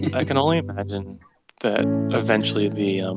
i can only imagine that eventually the